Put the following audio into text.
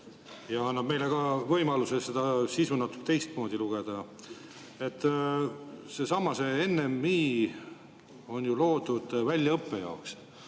ja annab meile ka võimaluse seda sisu natuke teistmoodi lugeda. See NMI on ju loodud väljaõppe jaoks.